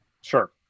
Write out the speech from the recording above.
sure